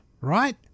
right